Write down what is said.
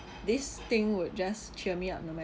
this thing would just cheer me up no